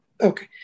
Okay